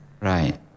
Right